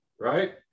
right